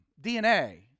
DNA